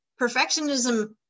perfectionism